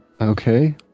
Okay